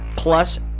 Plus